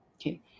okay